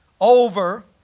over